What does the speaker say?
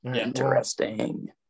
Interesting